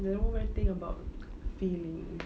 no one think about feelings